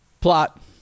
Plot